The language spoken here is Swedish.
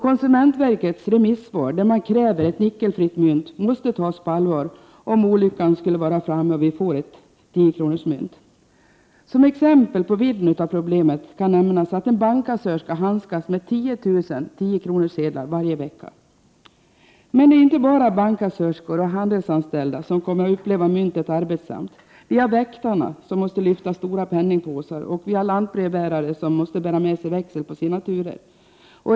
Konsumentverkets remissvar, där man kräver ett nickelfritt mynt, måste tas på allvar om olyckan skulle vara framme och vi får ett 10-kronorsmynt. Som exempel på vidden av problemet kan nämnas att en bankkassörska handskas med tio tusen 10-kronorssedlar varje vecka. Men det är inte bara bankkassörskor och handelsanställda som kommer att uppleva myntet som arbetsamt. Vi har ju väktarna, som måste lyfta stora penningpåsar, och lantbrevbärarna, som måste bära med sig växel på sina turer.